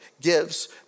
gives